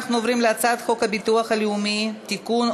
אנחנו עוברים להצעת חוק הביטוח הלאומי (תיקון,